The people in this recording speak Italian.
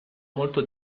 molto